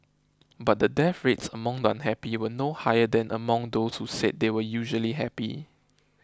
but the death rates among the unhappy were no higher than among those who said they were usually happy